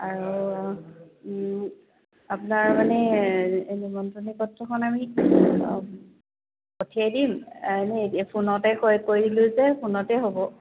আৰু আপোনাৰ মানে এই নিমন্ত্ৰণী পত্ৰখন আমি পঠিয়াই দিম এনে এই ফোনতে কৰিলো যে ফোনতে হ'ব